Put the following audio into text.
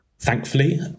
Thankfully